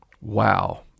Wow